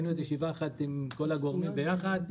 היינו בישיבה אחת עם כל הגורמים ביחד.